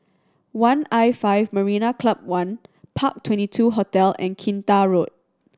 one'l five Marina Club One Park Twenty two Hotel and Kinta Road